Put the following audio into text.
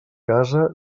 casa